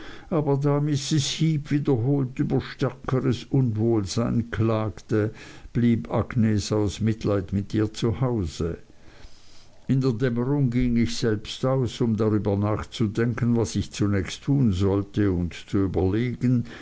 aber da mrs heep wiederholt über stärkeres unwohlsein klagte blieb agnes aus mitleid mit ihr zu hause in der dämmerung ging ich selbst aus um darüber nachzudenken was ich zunächst tun sollte und zu überlegen